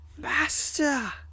Master